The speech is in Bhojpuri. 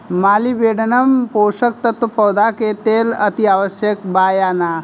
मॉलिबेडनम पोषक तत्व पौधा के लेल अतिआवश्यक बा या न?